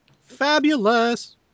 Fabulous